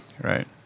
Right